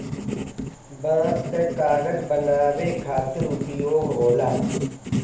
बांस कअ कागज बनावे खातिर उपयोग होला